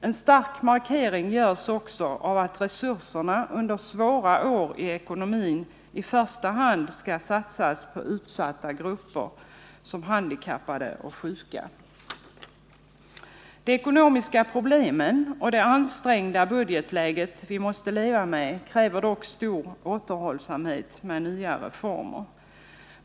En stark markering görs också av att resurserna under svåra år i ekonomin i första hand skall satsas på utsatta grupper som handikappade och sjuka. De ekonomiska problem och det ansträngda budgetläge som vi måste leva med kräver stor återhållsamhet med nya reformer.